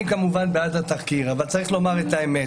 אני כמובן בעד התחקיר אבל צריך לומר את האמת,